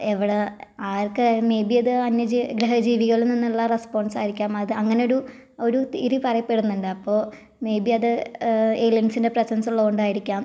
എവിടെ ആർക്ക് ആയാലും മേയ് ബി അത് അന്യ ജീവി ഗ്രഹ ജീവികളിൽ നിന്നുള്ള റെസ്പോൺസ് ആയിരിക്കാം അത് അങ്ങനെയൊരു ഒരു രീതി പറയപ്പെടുന്നുണ്ട് അപ്പോൾ മേയ് ബി അത് ഏലിയൻസിൻ്റെ പ്രസൻസ് ഉള്ളത് കൊണ്ടായിരിക്കാം